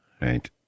Right